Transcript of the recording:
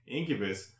Incubus